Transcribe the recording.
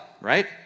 right